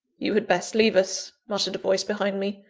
you had best leave us, muttered a voice behind me.